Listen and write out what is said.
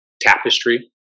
tapestry